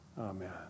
amen